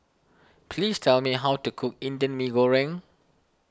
please tell me how to cook Indian Mee Goreng